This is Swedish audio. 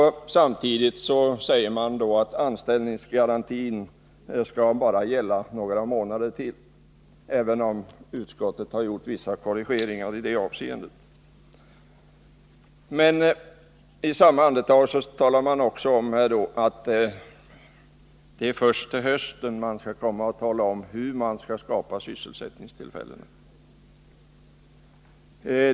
Dessutom säger regeringen att anställningsgarantin skall gälla bara några månader till, men utskottet har sedan gjort vissa korrigeringar på den punkten. I samma andetag säger regeringen att det är först till hösten man skall tala om hur man skall skapa sysselsättningstillfällena.